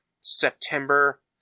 September